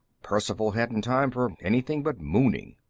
perceval hadn't time for anything but mooning.